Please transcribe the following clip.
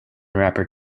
rapper